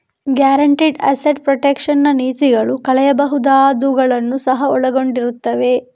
guaranteed asset protection ನ ನೀತಿಗಳು ಕಳೆಯಬಹುದಾದವುಗಳನ್ನು ಸಹ ಒಳಗೊಂಡಿರುತ್ತವೆ